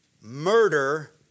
murder